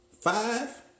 five